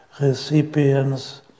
recipients